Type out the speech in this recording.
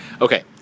Okay